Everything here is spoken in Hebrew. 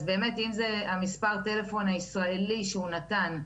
אז באמת אם המספר טלפון ישראלי שהוא נתן,